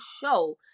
show